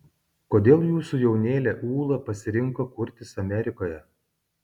kodėl jūsų jaunėlė ūla pasirinko kurtis amerikoje